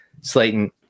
Slayton